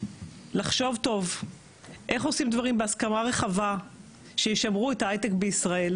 לחשוב טוב איך עושים דברים בהסכמה רחבה שישמרו את ההיי-טק בישראל,